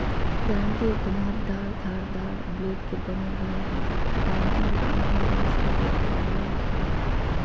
दरांती एक घुमावदार धारदार ब्लेड के बनल रहई हई दरांती में काठ या बांस के बेट लगल रह हई